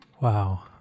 Wow